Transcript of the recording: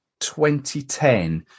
2010